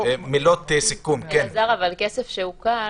אבל כסף שעוקל,